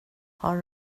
har